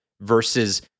versus